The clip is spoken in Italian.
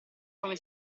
come